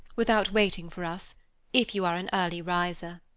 without waiting for us if you are an early riser.